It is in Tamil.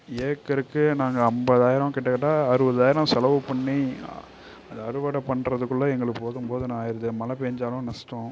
ஏக்கருக்கு நாங்கள் அம்பதாயிரம் கிட்டத்தட்ட அறுபதாயிரம் செலவு பண்ணி அதை அறுவடை பண்ணுறதுக்குள்ள எங்களுக்கு போதும் போதும்னு ஆயிடுது மழை பேஞ்சாலும் நஷ்டம்